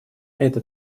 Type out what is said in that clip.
это